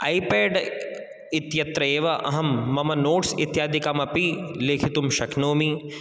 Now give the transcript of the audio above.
I पेड् इत्यत्र एव अहं मम नोटस् इत्यादिकम् अपि लेखितुं शक्नोमि